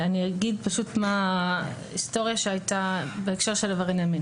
אני אגיד מה ההיסטוריה שהייתה בהקשר של הדברים.